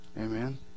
Amen